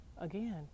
Again